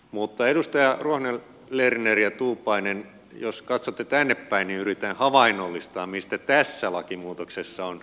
mutta edustajat ruohonen lerner ja tuupainen jos katsotte tännepäin niin yritän havainnollistaa mistä tässä lakimuutoksessa on kyse